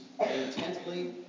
intently